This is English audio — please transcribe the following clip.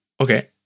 okay